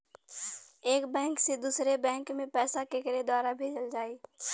एक बैंक से दूसरे बैंक मे पैसा केकरे द्वारा भेजल जाई?